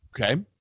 Okay